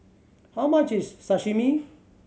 how much is Sashimi